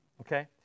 Okay